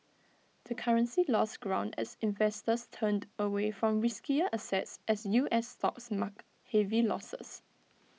the currency lost ground as investors turned away from riskier assets as U S stocks marked heavy losses